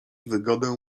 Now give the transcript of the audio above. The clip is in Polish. wygodę